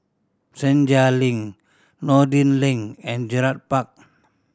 Senja Link Noordin Lane and Gerald Park